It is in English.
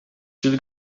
still